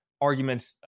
arguments